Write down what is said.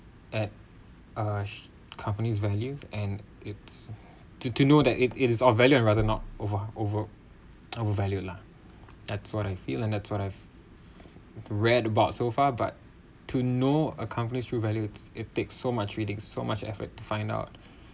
at a companies values and it's to to know that it it's all value and rather not over over over valued lah that's what I feel and that's what I've read about so far but to no a companies true values it takes so much reading so much effort to find out